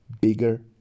bigger